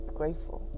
grateful